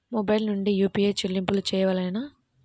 Mobile నుండే UPI చెల్లింపులు చేయవలెనా?